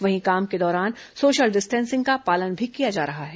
वहीं काम के दौरान सोशल डिस्टेंसिंग का पालन भी किया जा रहा है